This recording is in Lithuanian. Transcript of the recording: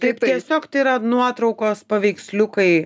taip tiesiog tai yra nuotraukos paveiksliukai